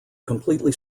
completely